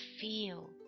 feel